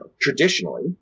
traditionally